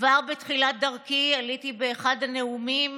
כבר בתחילת דרכי עליתי באחד הנאומים